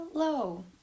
hello